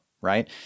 Right